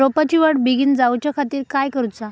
रोपाची वाढ बिगीन जाऊच्या खातीर काय करुचा?